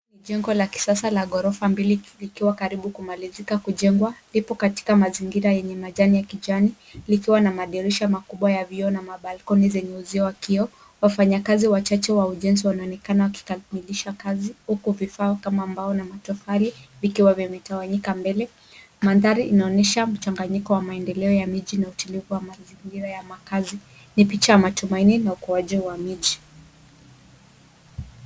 Jengo la kisasa la ghorofa mbili likiwa karibu kumalizika kujengwa lipo katika mazingira yenye majani ya kijani likiwa na madirisha makubwa ya vioo na mabalikoni zenye uzio wa kioo. Wafanyakazi wachache wa ujenzi wanaonekana wakikamilisha kazi huku vifaa kama ambao na matofali vikiwa vya mitawanyika mbele. Mandhari inaonyesha mchanganyiko wa maendeleo ya miji na utulivu wa mazingira ya makazi. Ni picha ya matumaini na ukuaji wa miji.